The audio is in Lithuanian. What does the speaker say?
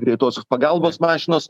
greitosios pagalbos mašinos